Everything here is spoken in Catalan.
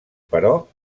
però